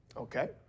Okay